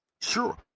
Sure